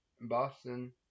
Boston